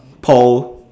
paul